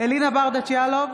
אלינה ברדץ' יאלוב,